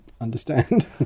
understand